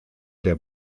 der